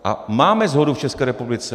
A máme shodu v České republice.